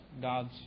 God's